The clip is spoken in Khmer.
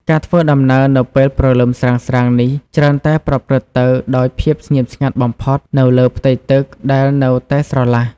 ការធ្វើដំណើរនៅពេលព្រលឹមស្រាងៗនេះច្រើនតែប្រព្រឹត្តទៅដោយភាពស្ងៀមស្ងាត់បំផុតនៅលើផ្ទៃទឹកដែលនៅតែស្រឡះ។